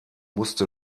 musste